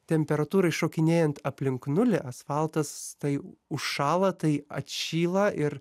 temperatūrai šokinėjant aplink nulį asfaltas tai užšąla tai atšyla ir